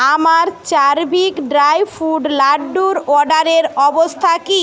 আমার চারভিক dry fruit লাড্ডুর অর্ডারের অবস্থা কী